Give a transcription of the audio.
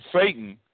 Satan